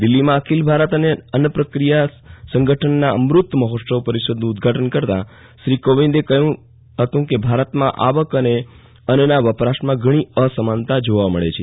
દિલ્હીમાં અખિલ ભારત અન્ન પ્રક્રિયા સંગઠનના અમૃત મહોત્સવ પરીષદનું ઉદઘાટન કરતાં શ્રી કોવિંદે કહ્યું કે ભારતમાં આવક અને અન્નના વપરાશમાં ઘણી અસમાનતા જોવા મળે છે